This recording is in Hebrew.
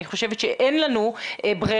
אני חושבת שאין לנו ברירה,